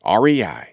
REI